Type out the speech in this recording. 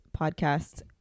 podcasts